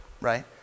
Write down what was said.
Right